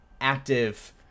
active